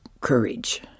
courage